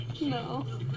No